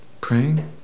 Praying